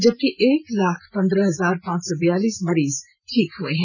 जबकि एक लाख पन्द्रह हजार पांच सौ बियालीस मरीज ठीक हुए हैं